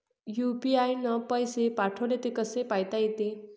UPI न पैसे पाठवले, ते कसे पायता येते?